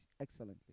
excellently